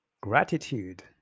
gratitude